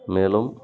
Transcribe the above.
மேலும்